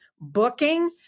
booking